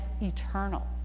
eternal